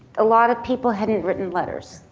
a lot of people hadn't written letters.